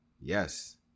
Yes